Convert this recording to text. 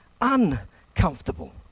uncomfortable